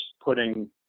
putting